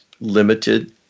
limited